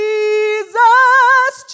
Jesus